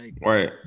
right